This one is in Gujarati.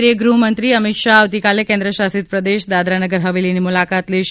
કેન્દ્રીય ગૃહમંત્રી અમિત શાહ આવતીકાલે કેન્દ્ર શાસિત પ્રદેશ દાદરાનગર હવેલીની મુલાકાત લેશે